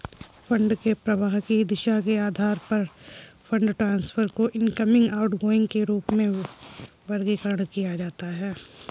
fund के प्रवाह की दिशा के आधार पर फंड ट्रांसफर को इनकमिंग, आउटगोइंग के रूप में वर्गीकृत किया जाता है